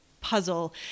puzzle